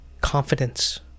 confidence